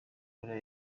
korea